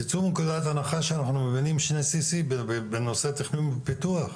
תצאו מנקודת הנחה שאנחנו מבינים שני CC בנושא תכנון ופיתוח.